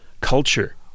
culture